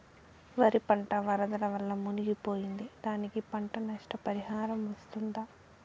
వరి పంట వరదల వల్ల మునిగి పోయింది, దానికి పంట నష్ట పరిహారం వస్తుందా?